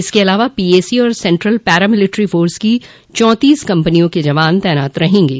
इसके अलावा पीएसी और सेन्ट्रल पैरा मिलेट्री फोर्स की चौंतीस कम्पनी के जवान तैनात रहेंगे